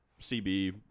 CB